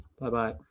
Bye-bye